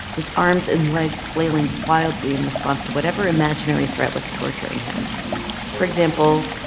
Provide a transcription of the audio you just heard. his arms and legs flailing wildly in response to whatever imaginary threat was torturing him for example,